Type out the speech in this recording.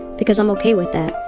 because i'm ok with that